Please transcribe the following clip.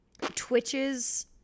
twitches